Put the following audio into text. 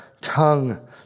tongue